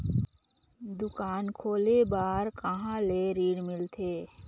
दुकान खोले बार कहा ले ऋण मिलथे?